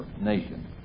nation